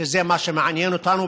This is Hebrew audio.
שזה מה שמעניין אותנו.